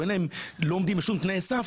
או שהם לא עומדים בשום תנאי סף,